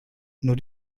nur